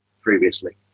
previously